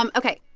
um ok,